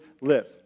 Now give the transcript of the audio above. live